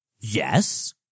Yes